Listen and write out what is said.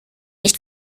nicht